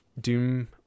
Doom